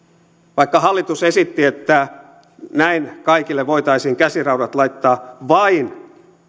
vaikka hallitus esitti että näin kaikille voitaisiin käsiraudat laittaa vain